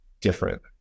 different